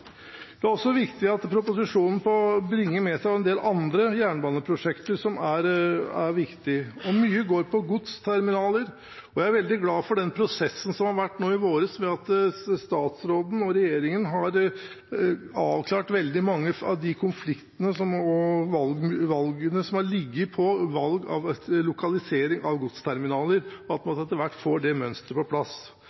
Det er også viktig at proposisjonen bringer med seg en del andre jernbaneprosjekter som er viktige. Mye dreier seg om godsterminaler, og jeg er veldig glad for den prosessen som har vært nå i vår, der statsråden og regjeringen har avklart veldig mange av de konfliktene og valgmulighetene som har ligget ved valg av lokalisering av godsterminaler – at man